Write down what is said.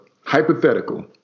hypothetical